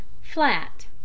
flat